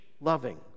loving